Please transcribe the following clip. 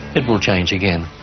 it will change again.